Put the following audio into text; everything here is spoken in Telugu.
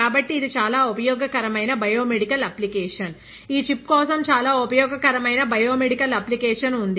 కాబట్టి ఇది చాలా ఉపయోగకరమైన బయోమెడికల్ అప్లికేషన్ ఈ చిప్ కోసం చాలా ఉపయోగకరమైన బయోమెడికల్ అప్లికేషన్ ఉంది